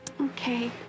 Okay